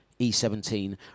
E17